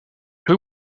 peu